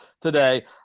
today